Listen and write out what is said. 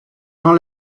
dans